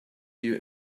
you